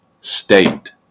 state